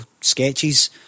sketches